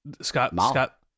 Scott